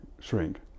shrink